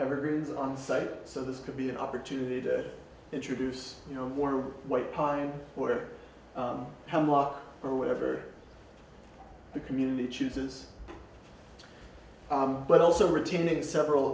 evergreens on site so this could be an opportunity to introduce you know more white pine where hemlock or whatever the community chooses but also retaining several